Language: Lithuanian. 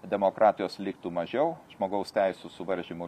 demokratijos liktų mažiau žmogaus teisių suvaržymų